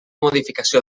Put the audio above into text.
modificació